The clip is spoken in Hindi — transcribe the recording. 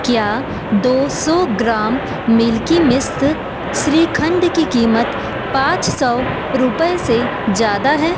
क्या दो सौ ग्राम मिल्की मिस्ट श्रीखंड की कीमत पाँच सौ रुपये से ज़्यादा है